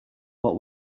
what